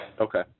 Okay